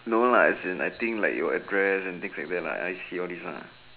no lah like as in I think like your address and things like that and I_C all this lah